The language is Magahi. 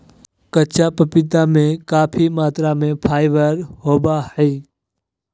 कच्चा पपीता में काफी मात्रा में फाइबर होबा हइ